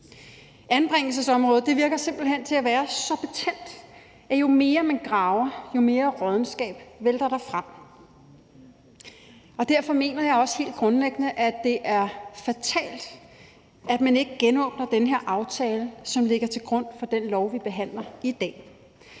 Anbringelsesområdet virker simpelt hen til at være så betændt, at jo mere man graver, jo mere råddenskab vælter der frem. Derfor mener jeg også helt grundlæggende, at det er fatalt, at man ikke genåbner den her aftale, som ligger til grund for det lovforslag, vi behandler i dag.